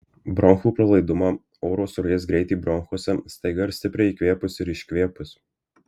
bronchų pralaidumą oro srovės greitį bronchuose staiga ir stipriai įkvėpus ir iškvėpus